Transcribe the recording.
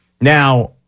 Now